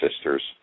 sisters